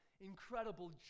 incredible